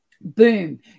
boom